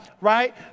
right